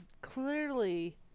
clearly